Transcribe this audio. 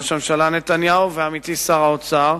עם ראש הממשלה נתניהו ועמיתי שר האוצר,